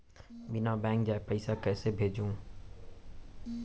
बिना बैंक जाये पइसा कइसे भेजहूँ?